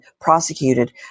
prosecuted